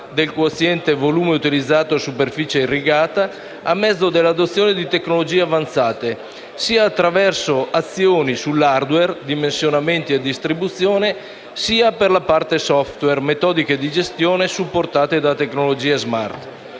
del quoziente volume utilizzato-superficie irrigata a mezzo dell’adozione di tecnologie avanzate, sia attraverso azioni sull’hardware (dimensionamenti e distribuzione) sia per la parte software (metodiche di gestione supportate da tecnologie smart);